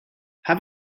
have